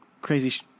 crazy